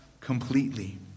completely